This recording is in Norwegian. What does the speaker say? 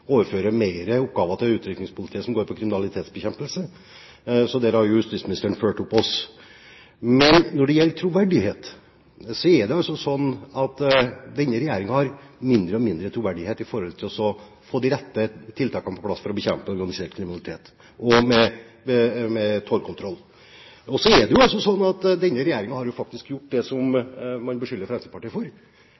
som går på kriminalitetsbekjempelse, til utrykningspolitiet – så der har jo justisministeren fulgt opp oss. Når det gjelder troverdighet, er det sånn at denne regjeringen har mindre og mindre troverdighet med hensyn til å få på plass de rette tiltakene for å bekjempe organisert kriminalitet med tollkontroll. Så er det sånn at denne regjeringen faktisk har gjort det som